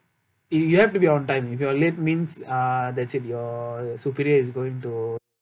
y~ you have to be on time if you are late means uh that's it your superior is going to